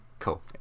Cool